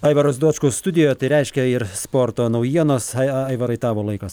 aivaras dočkus studijoje tai reiškia ir sporto naujienos ai aivarai tavo laikas